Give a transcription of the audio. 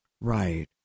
Right